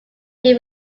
year